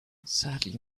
sadly